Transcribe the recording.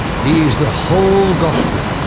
he is the whole gospel.